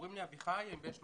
קוראים לי אביחי, אני בן 31,